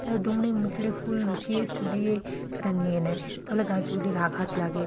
তাই দুমড়ে মুচড়ে ফুল লুকিয়ে চুরিয়ে তারা নিয়ে নেয় ফলে গাছগুলির আঘাত লাগে